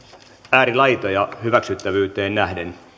äärilaitoja hyväksyttävyyteen nähden